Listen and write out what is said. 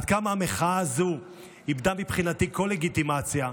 עד כמה המחאה הזו איבדה מבחינתי כל לגיטימציה,